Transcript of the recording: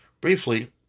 briefly